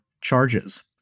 charges